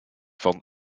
van